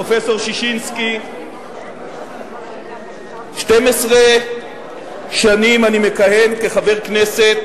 פרופסור ששינסקי, 12 שנים אני מכהן כחבר כנסת